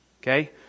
Okay